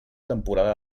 temporada